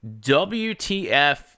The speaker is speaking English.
WTF